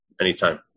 anytime